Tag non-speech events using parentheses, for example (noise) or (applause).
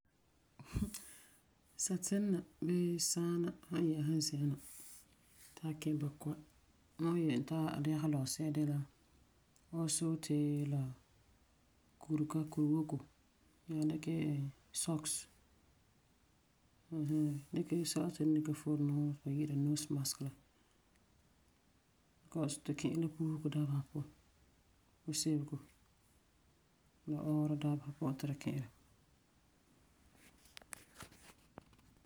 (laughs) Satina bee saana san yɛ'ɛsa mam zi'an na ti a ka bakɔi. Ma wan yele e ti a dɛgesɛ lɔgesi'a de la ɔɔrɔ soote, la kurega, kurewoko. Nyaa dikɛ socks ɛɛn hɛɛn. Dikɛ sɛba ti tu ni dikɛ furɛ nua ti tu yi'ira nose mask la. Cause tu ki'iri la puusego dabesa puan. Kusebego la ɔɔrɔ dabesa puan ti tu ki'ira.